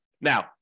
Now